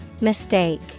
Mistake